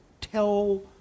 tell